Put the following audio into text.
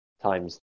times